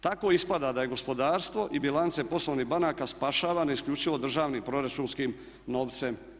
Tako ispada da je gospodarstvo i bilance poslovnih banaka spašavane isključivo državnim proračunskim novcem.